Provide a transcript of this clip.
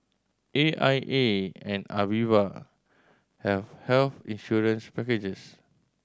A I A and Aviva have health insurance packages